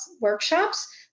Workshops